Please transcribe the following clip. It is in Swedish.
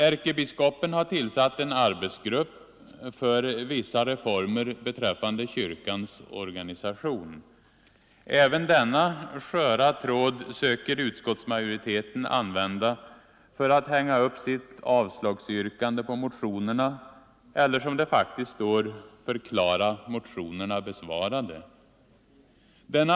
Ärkebiskopen har tillsatt en arbetsgrupp för vissa reformer beträffande kyrkans organisation. Även denna sköra tråd söker utskottsmajoriteten använda för att hänga upp sitt avslagsyrkande på — eller för att, som det faktiskt står, förklara motionerna besvarade.